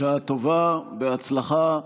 בשעה טובה ובהצלחה.